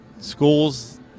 schools